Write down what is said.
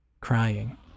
crying